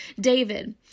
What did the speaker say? David